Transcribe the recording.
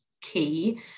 key